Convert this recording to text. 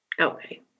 Okay